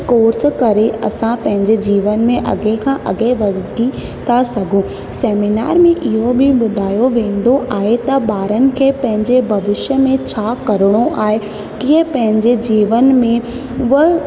course करे असां पंहिंजे जीवन में अॻे खां अॻे वधी था सघूं सैमिनार में इहो बि ॿुधायो वेंदो आहे त ॿारनि खे पंहिंजे भविष्य में छा करिणो आहे कीअं पंहिंजे जीवन में व